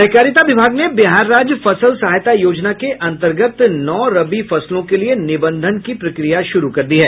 सहकारिता विभाग ने बिहार राज्य फसल सहायता योजना के अन्तर्गत नौ रबी फसलों के लिए निबंधन की प्रक्रिया शुरू कर दी है